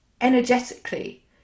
energetically